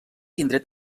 indret